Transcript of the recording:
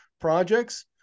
projects